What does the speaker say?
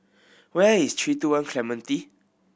where is Three Two One Clementi